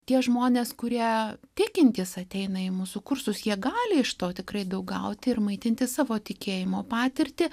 tie žmonės kurie tikintys ateina į mūsų kursus jie gali iš to tikrai daug gauti ir maitinti savo tikėjimo patirtį